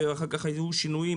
ואחר כך היו שינויים,